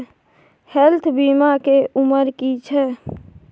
Health बीमा के उमर की छै?